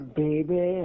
baby